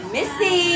Missy